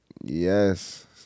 Yes